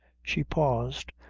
she paused,